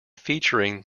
featuring